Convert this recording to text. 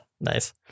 nice